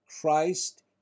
Christ